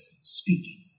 speaking